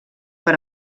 per